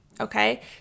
okay